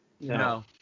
No